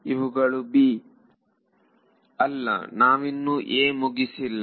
ವಿದ್ಯಾರ್ಥಿ ಇವುಗಳು b ಅಲ್ಲ ನಾನಿನ್ನೂ a ಮುಗಿಸಿಲ್ಲ